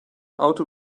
auto